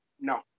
No